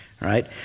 right